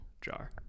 jar